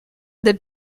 del